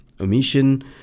omission